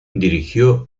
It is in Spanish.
dirigió